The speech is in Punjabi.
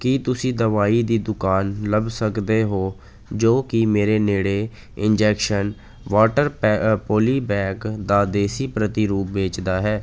ਕੀ ਤੁਸੀਂ ਦਵਾਈ ਦੀ ਦੁਕਾਨ ਲੱਭ ਸਕਦੇ ਹੋ ਜੋ ਕਿ ਮੇਰੇ ਨੇੜੇ ਇੰਜੈਕਸ਼ਨ ਵਾਟਰ ਪੌਲੀਪੈਕ ਦਾ ਦੇਸੀ ਪ੍ਰਤੀਰੂਪ ਵੇਚਦਾ ਹੈ